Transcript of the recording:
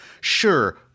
Sure